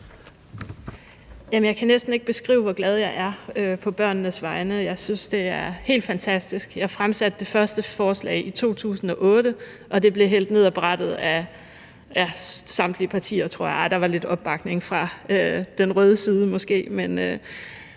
Jeg kan næsten ikke beskrive, hvor glad jeg er på børnenes vegne. Jeg synes, det er helt fantastisk. Jeg fremsatte det første forslag i 2008, og det blev hældt ned af brættet af næsten samtlige partier – der var måske lidt opbakning fra den røde side. Så det